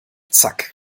zack